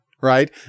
Right